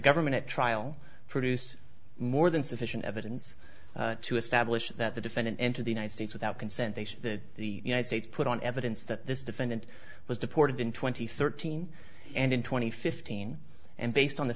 government at trial produce more than sufficient evidence to establish that the defendant enter the united states without consent they say that the united states put on evidence that this defendant was deported in twenty thirteen and in two thousand and fifteen and based on